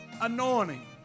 anointing